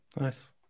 Nice